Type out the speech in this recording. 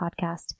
Podcast